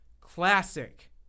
classic